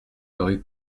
rue